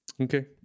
Okay